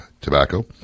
tobacco